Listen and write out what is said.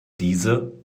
diese